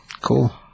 Cool